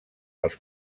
als